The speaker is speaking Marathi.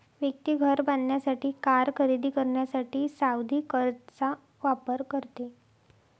व्यक्ती घर बांधण्यासाठी, कार खरेदी करण्यासाठी सावधि कर्जचा वापर करते